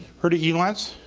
heard of elance?